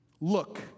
Look